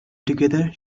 together